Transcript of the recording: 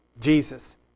Jesus